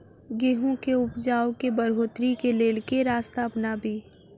गेंहूँ केँ उपजाउ केँ बढ़ोतरी केँ लेल केँ रास्ता अपनाबी?